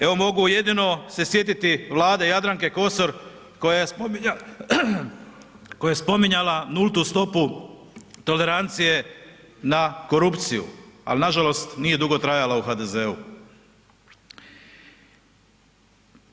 Evo mogu jedino se sjetiti Vlade Jadranke Kosor koja je spominjala nultu stopu tolerancije na korupciju, al nažalost nije dugo trajala u HDZ-u.